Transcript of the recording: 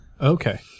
Okay